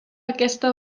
aquesta